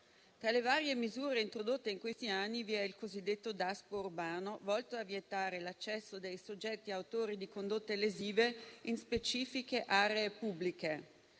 Tra le varie misure introdotte in questi anni vi è il cosiddetto Daspo urbano, volto a vietare l'accesso dei soggetti autori di condotte lesive in specifiche aree pubbliche.